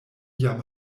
jam